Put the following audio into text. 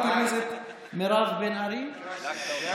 לא ידעתם איך להשתגע.